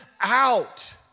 out